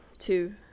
two